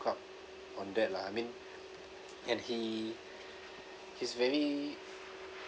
caught on that lah I mean and he he's very